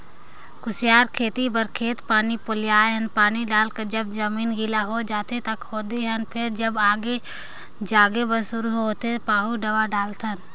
कुसियार खेती बर खेत पानी पलोए हन पानी डायल कर जब जमीन गिला होए जाथें त खोदे हन फेर जब जागे बर शुरू होथे पाहु दवा डालथन